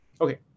Okay